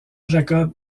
jacob